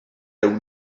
awn